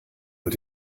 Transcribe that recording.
mit